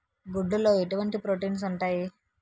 గుడ్లు లో ఎటువంటి ప్రోటీన్స్ ఉంటాయి?